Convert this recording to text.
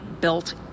built